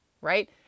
right